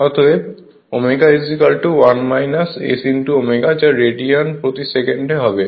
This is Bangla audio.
অতএব ω ω যা রেডিয়ান প্রতি সেকেন্ডে হবে